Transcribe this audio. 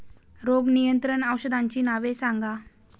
रोग नियंत्रण औषधांची नावे सांगा?